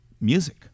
music